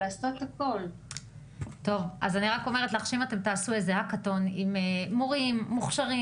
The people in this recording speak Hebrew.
אני רק אומרת לך שאם תעשו איזה האקתון עם מורים מוכשרים